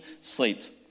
slate